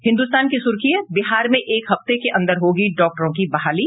हिन्दुस्तान की सुर्खी है बिहार में एक हफ्ते के अंदर होगी डॉक्टरों की बहाली